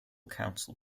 council